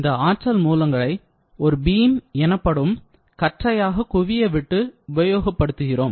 இந்த ஆற்றல் மூலங்களை ஒரு பீம் எனப்படும் கற்றையாக குவிய விட்டு உபயோகப்படுத்துகிறோம்